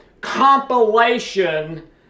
compilation